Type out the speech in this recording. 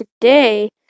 today